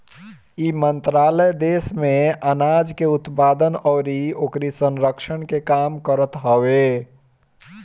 इ मंत्रालय देस में आनाज के उत्पादन अउरी ओकरी संरक्षण के काम करत हवे